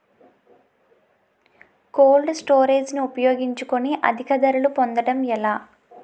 Cold storage ని ఉపయోగించుకొని అధిక ధరలు పొందడం ఎలా?